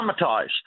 traumatized